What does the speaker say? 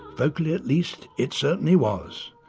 vocally at least, it certainly was.